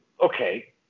okay